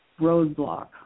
roadblock